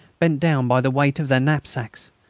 bent down by the weight of their knapsacks.